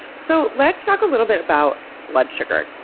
so, let's talk a little bit about blood sugar.